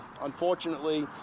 Unfortunately